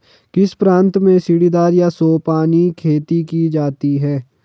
किस प्रांत में सीढ़ीदार या सोपानी खेती की जाती है?